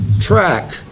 track